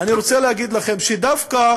שדווקא